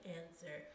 answer